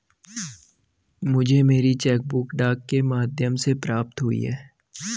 मुझे मेरी cheque book डाक के माध्यम से प्राप्त हुई है